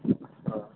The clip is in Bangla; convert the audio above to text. হ্যাঁ